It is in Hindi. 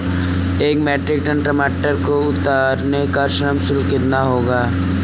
एक मीट्रिक टन टमाटर को उतारने का श्रम शुल्क कितना होगा?